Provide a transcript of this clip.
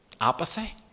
apathy